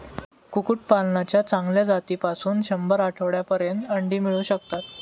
कुक्कुटपालनाच्या चांगल्या जातीपासून शंभर आठवड्यांपर्यंत अंडी मिळू शकतात